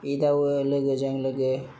एदावो लोगोजों लोगो